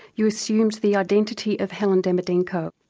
you assumed the identity of helen demidenko.